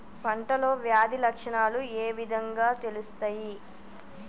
పంటలో వ్యాధి లక్షణాలు ఏ విధంగా తెలుస్తయి?